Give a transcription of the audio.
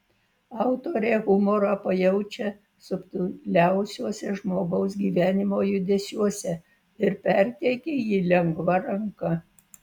autorė humorą pajaučia subtiliausiuose žmogaus gyvenimo judesiuose ir perteikia jį lengva ranka